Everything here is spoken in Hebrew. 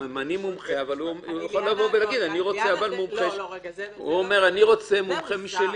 הוא יכול לבוא ולהגיד שהוא רוצה מומחה משלו.